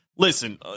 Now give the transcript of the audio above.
Listen